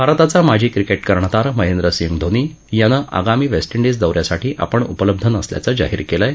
भारताचा माजी क्रिकेट कर्णधार महेंद्रसिंग धोनी यानं आगामी वेस्ट इंडिज दौ यासाठी आपण उपलब्ध नसल्याचं जाहीर केलं आहे